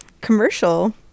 commercial